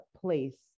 place